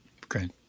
Great